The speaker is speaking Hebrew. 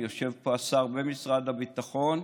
יושב פה השר ממשרד הביטחון,